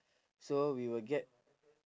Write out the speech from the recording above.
so we will get